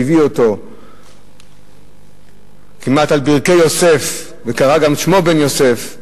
והביא אותו כמעט על ברכי יוסף וקרא גם את שמו בן יוסף,